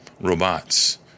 robots